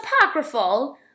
apocryphal